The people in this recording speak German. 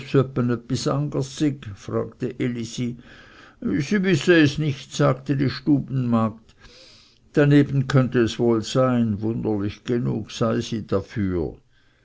es nicht sagte die stubenmagd daneben könnte es wohl sein wunderlich genug sei sie dafür